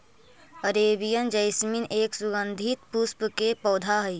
Arabian jasmine एक सुगंधित पुष्प के पौधा हई